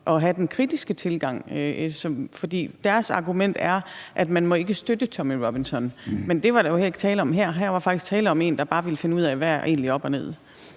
at have den kritiske tilgang, for deres argument er, at man ikke må støtte Tommy Robinson. Men det var der jo heller ikke tale om her. Her var faktisk tale om en, der bare ville finde ud af, hvad der egentlig er op og ned.